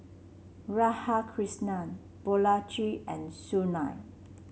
Radhakrishnan Balaji and Sunil